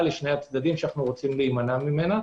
לשני הצדדים ואנו רוצים להימנע ממנה.